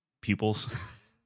pupils